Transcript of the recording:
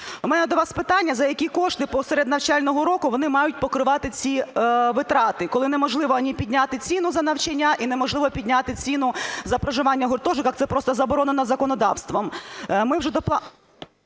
У мене до вас питання: за які кошти, посеред навчального року, вони мають покривати ці витрати, коли неможливо, ані підняти ціну за навчання і неможливо підняти ціну за проживання у гуртожитках, це просто заборона на законодавство.